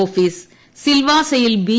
office സിൽവാസയിൽ B